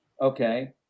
Okay